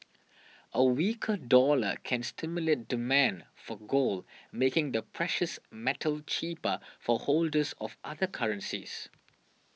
a weaker dollar can stimulate demand for gold making the precious metal cheaper for holders of other currencies